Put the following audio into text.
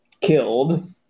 killed